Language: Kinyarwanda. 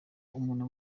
umuntu